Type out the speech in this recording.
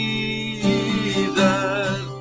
Jesus